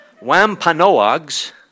Wampanoags